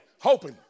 hoping